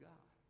God